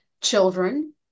children